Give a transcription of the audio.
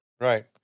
Right